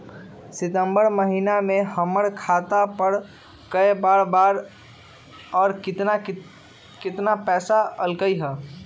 सितम्बर महीना में हमर खाता पर कय बार बार और केतना केतना पैसा अयलक ह?